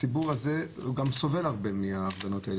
הציבור הזה גם סובל הרבה מההפגנות.